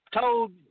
told